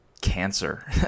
cancer